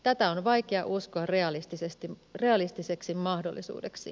tätä on vaikea uskoa realistiseksi mahdollisuudeksi